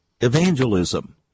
evangelism